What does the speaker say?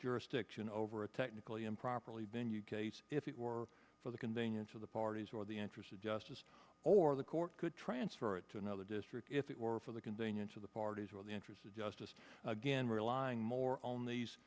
jurisdiction over a technically improperly then you case if it were for the convenience of the parties or the interest of justice or the court could transfer it to another district if it were for the convenience of the parties or the interest of justice again relying more on these